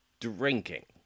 drinking